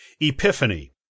Epiphany